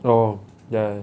oh ya